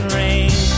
rain